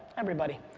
everybody.